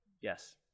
Yes